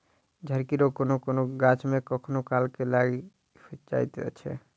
झड़की रोग कोनो कोनो गाछ मे कखनो काल के लाइग जाइत छै